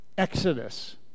Exodus